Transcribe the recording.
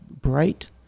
bright